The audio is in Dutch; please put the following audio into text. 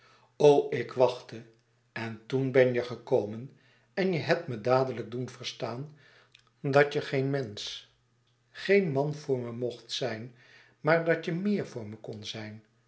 o ik wachtte en toen ben je gekomen en je hebt me dadelijk doen verstaan dat je geen mensch geen man voor me mocht zijn maar louis couperus extaze een boek van geluk dat je méer voor me kon zijn